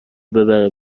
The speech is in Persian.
ببره